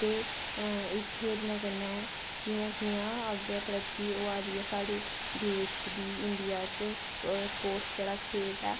ते एह् खेलने कन्नै कि'यां कि'यां अग्गै तरक्की होआ करदी ऐ साढ़े देश दी इंडियां च स्पोटस जेह्ड़ा खेल